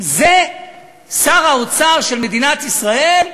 זה שר האוצר של מדינת ישראל.